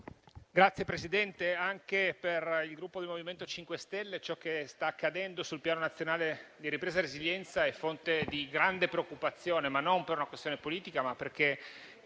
Signor Presidente, anche per il Gruppo Movimento 5 Stelle ciò che sta accadendo sul Piano nazionale di ripresa e resilienza è fonte di grande preoccupazione, e non per una questione politica, ma per